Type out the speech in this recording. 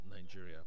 Nigeria